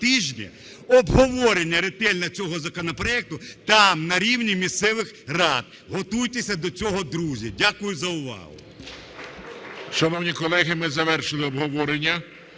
обговорення ретельне законопроекту там, на рівні місцевих рад. Готуйтеся до цього, друзі. Дякую за увагу.